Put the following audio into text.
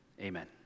Amen